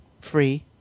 Free